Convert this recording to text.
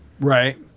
Right